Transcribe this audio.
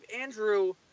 Andrew